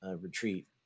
retreat